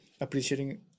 appreciating